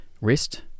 wrist